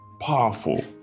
powerful